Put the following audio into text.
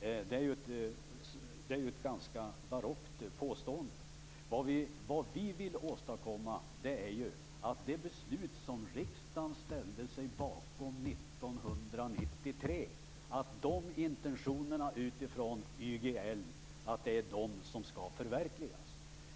Det är ett ganska barockt påstående. Vad vi vill åstadkomma är att det är det beslut som riksdagen ställde sig bakom 1993 och intentionerna utifrån YGL som skall förverkligas.